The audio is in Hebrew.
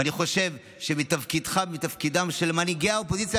ואני חושב שמתפקידך ומתפקידם של מנהיגי האופוזיציה